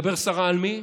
מדבר סרה על מי?